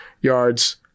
yards